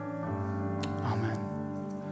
Amen